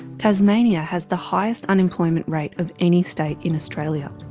tasmania has the highest unemployment rate of any state in australia.